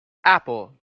apple